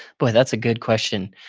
boy, that's a good question.